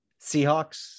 Seahawks